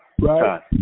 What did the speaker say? Right